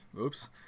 Oops